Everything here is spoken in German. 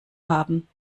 haben